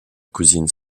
cousine